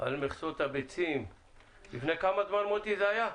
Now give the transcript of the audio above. על מכסות הביצים, מוטי, מתי זה היה?